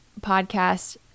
podcast